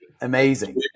amazing